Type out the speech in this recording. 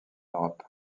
europe